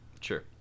Sure